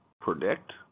predict